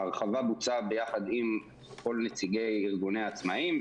ההרחבה בוצעה ביחד עם כל נציגי ארגוני העצמאים.